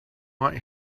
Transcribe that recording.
want